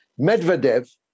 Medvedev